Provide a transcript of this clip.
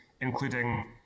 including